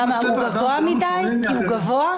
למה, כי הוא גבוה מדי?